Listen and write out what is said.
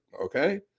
okay